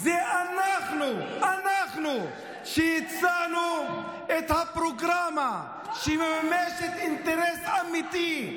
זה אנחנו שהצענו את הפרוגרמה שמממשת אינטרס אמיתי,